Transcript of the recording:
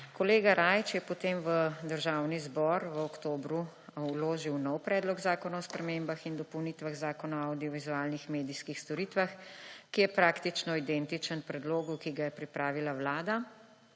Kolega Rajić je potem v Državni zbor v oktobru vložil nov Predlog zakona o spremembah in dopolnitvah Zakona o avdiovizualnih medijskih storitvah, ki je praktično identičen predlogu, ki ga je pripravila Vlada